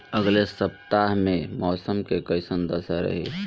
अलगे सपतआह में मौसम के कइसन दशा रही?